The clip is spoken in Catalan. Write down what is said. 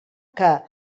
que